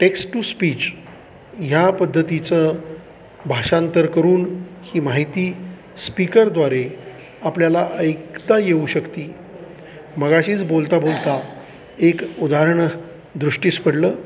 text to speech ह्या पद्धतीचं भाषांतर करून ही माहिती स्पीकरद्वारे आपल्याला ऐकता येऊ शकते मघाशीच बोलता बोलता एक उदाहरण दृष्टीस पडलं